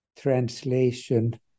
translation